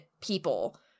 people